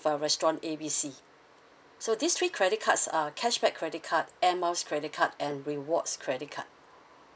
for restaurant A B C so these three credit cards um cashback credit card air miles credit card and rewards credit card